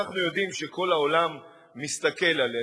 כשאנחנו יודעים שכל העולם מסתכל עלינו,